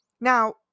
Now